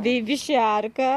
beibį šarką